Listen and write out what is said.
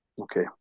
Okay